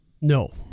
No